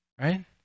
right